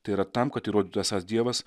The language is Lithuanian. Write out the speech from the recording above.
tai yra tam kad įrodytų esąs dievas